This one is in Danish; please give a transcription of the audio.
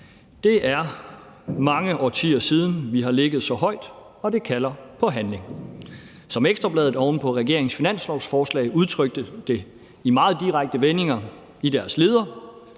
Det er mange årtier siden, vi har ligget så højt, og det kalder på handling. Som Ekstra Bladet oven på regeringens finanslovsforslag udtrykte det i meget direkte vendinger i deres leder: